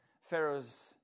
Pharaoh's